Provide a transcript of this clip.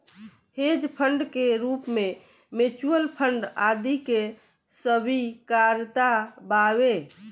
hedge fund के रूप में म्यूच्यूअल फंड आदि के स्वीकार्यता बावे